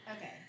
okay